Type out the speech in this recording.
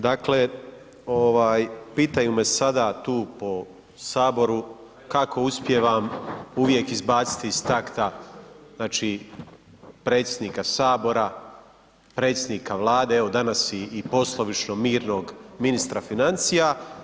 Dakle, pitaju me sada tu po Saboru kako uspijevam uvijek izbaciti iz takta predsjednika Sabora, predsjednika Vlade evo danas i poslovičnog mirnog ministra financija?